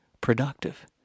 productive